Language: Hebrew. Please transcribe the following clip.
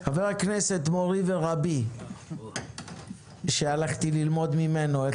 חבר הכנסת מורי ורבי שהלכתי ללמוד ממנו איך